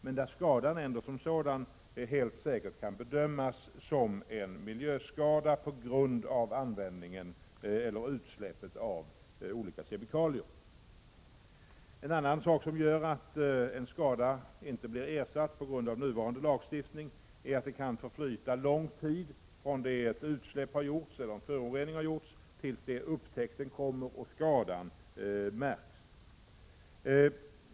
Men skadan som sådan kan ändå helt säkert bedömas som en miljöskada på grund av användningen — eller utsläppet — av olika kemikalier. Ett annat skäl till att en skada inte blir ersatt enligt nuvarande lagstiftning är att det kan förflyta lång tid från det att ett utsläpp eller en förorening har gjorts till dess att upptäckten kommer och skadan märks.